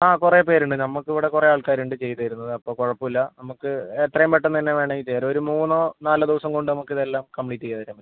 ആ കുറേ പേരുണ്ട് നമുക്കിവിടെ കുറെ ആൾക്കാരുണ്ട് ചെയ്തുതരുന്നത് അപ്പം കുഴപ്പമില്ല നമുക്ക് എത്രയും പെട്ടെന്ന് തന്നെ വേണമെങ്കിൽ ചെയ്ത് തരാം ഒരു മൂന്നോ നാലോ ദിവസം കൊണ്ട് നമുക്കിതെല്ലാം കംപ്ലീറ്റ് ചെയ്ത് തരാൻ പറ്റും